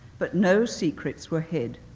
but no secrets were hid.